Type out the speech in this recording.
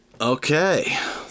Okay